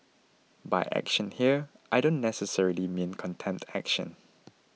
by action here I don't necessarily mean contempt action